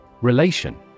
Relation